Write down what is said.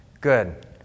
Good